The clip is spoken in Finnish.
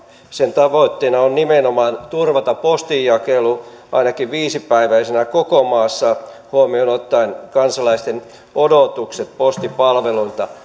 tavoitteena on nimenomaan turvata postinjakelu ainakin viisipäiväisenä koko maassa huomioon ottaen kansalaisten odotukset postipalveluilta